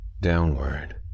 Downward